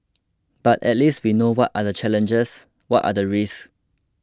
but at least we know what are the challenges what are the risks